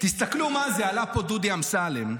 תסתכלו מה זה, עלה פה דודי אמסלם,